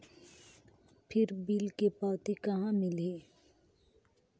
फिर बिल के पावती कहा मिलही?